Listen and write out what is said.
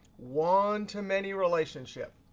one too many relationship.